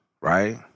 right